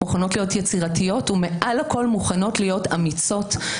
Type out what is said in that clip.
מוכנות להיות יצירתיות ומעל הכול מוכנות להיות אמיצות.